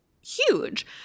huge